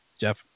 Jeff